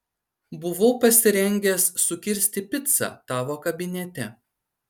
buvau pasirengęs sukirsti picą tavo kabinete